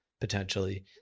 potentially